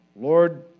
Lord